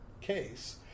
case